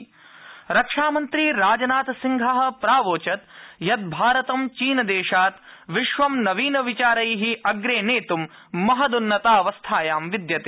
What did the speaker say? राजनाथ फिक्की रक्षामंत्री राजनाथसिंह प्रावोचत् यत् भारतं चीनदेशात् विश्वं नवीनविचारै अग्रे नेतृम् उन्नतावस्थायाम विद्यते